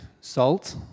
salt